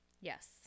Yes